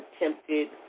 attempted